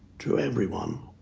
to everyone.